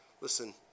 Listen